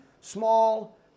small